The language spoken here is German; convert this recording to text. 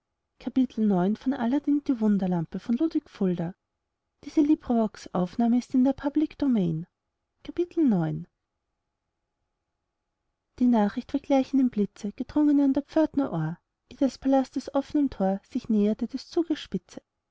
grenzen die nachricht war gleich einem blitze gedrungen an der pförtner ohr eh des palastes offnem tor sich näherte des